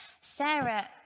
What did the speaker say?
Sarah